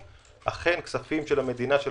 אכן כספים של המדינה יש